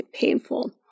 painful